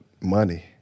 money